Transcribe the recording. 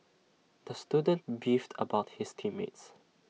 the student beefed about his team mates